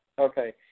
okay